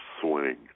swing